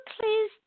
please